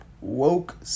woke